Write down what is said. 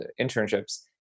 internships